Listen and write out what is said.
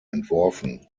entworfen